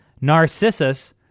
Narcissus